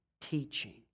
teaching